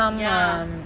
ya